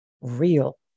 real